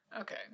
Okay